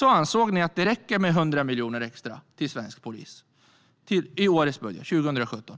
ansåg ni att det räcker med 100 miljoner extra till svensk polis i årets budget 2017.